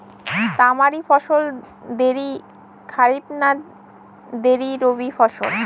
তামারি ফসল দেরী খরিফ না দেরী রবি ফসল?